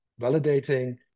validating